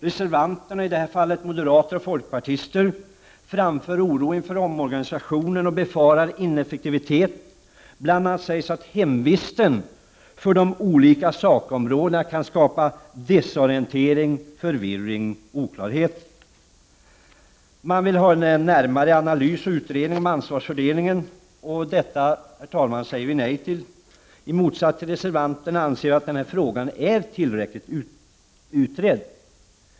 Reservanterna, i detta fall moderater och folkpartister, hyser oro inför omorganisationen och befarar ineffektivitet. Bl.a. sägs att hemvisten för de olika sakområdena kan skapa desorientering, förvirring och oklarhet. De vill ha en närmare analys och utredning om ansvarsfördelningen. Detta säger vi nej till. I motsats till reservanterna anser vi att frågan är tillräckligt utredd.